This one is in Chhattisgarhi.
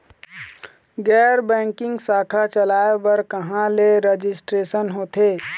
गैर बैंकिंग शाखा चलाए बर कहां ले रजिस्ट्रेशन होथे?